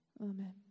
Amen